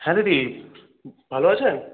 হ্যাঁ দিদি ভালো আছেন